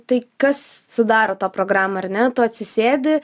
tai kas sudaro tą programą ar ne tu atsisėdi